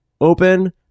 open